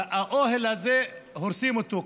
והאוהל הזה, הורסים אותו.